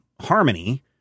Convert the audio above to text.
Harmony